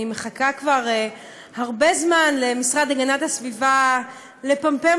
אני מחכה כבר הרבה זמן למשרד להגנת הסביבה לפמפם